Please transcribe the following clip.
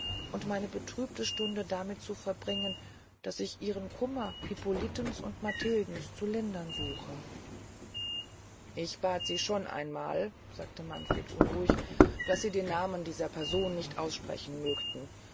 und meine trübe stunden damit zuzubringen daß ich ihren kummer hippolitens und matildens zu lindern suche ich bat sie schon einmal sagte manfred unruhig daß sie den namen dieser person nicht aussprechen mögten